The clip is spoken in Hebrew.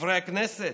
חברי הכנסת?